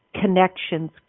connections